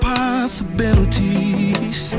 possibilities